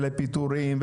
לפיטורים,